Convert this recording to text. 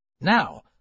Now